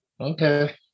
Okay